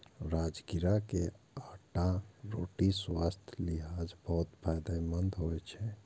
राजगिरा के आटाक रोटी स्वास्थ्यक लिहाज बहुत फायदेमंद होइ छै